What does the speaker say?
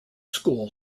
school